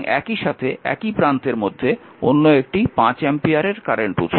এবং একই সাথে একই প্রান্তের মধ্যে অন্য একটি 5 অ্যাম্পিয়ারের কারেন্টের উত্স